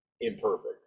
imperfect